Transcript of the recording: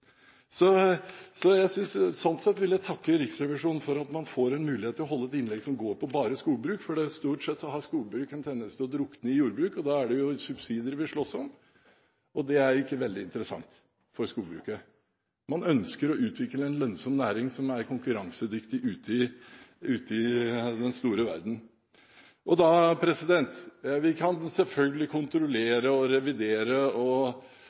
Sånn sett vil jeg takke Riksrevisjonen for at man får en mulighet til å holde et innlegg som går bare på skogbruk. For stort sett har skogbruk en tendens til å drukne i jordbruk, og da er det jo subsidier vi slåss om, og det er ikke veldig interessant for skogbruket. Man ønsker å utvikle en lønnsom næring som er konkurransedyktig ute i den store verden. Vi kan selvfølgelig kontrollere og revidere og